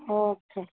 okay